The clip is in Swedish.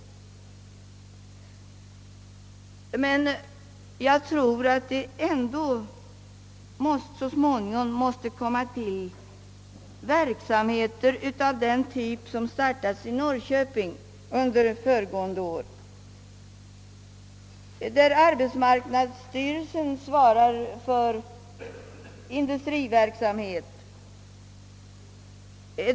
Jag tror att det ändå så småningom måste inrättas verksamheter av den typ som föregående år startades i Norrköping, där arbetsmarknadsstyrelsen svarar för industriverksamhet.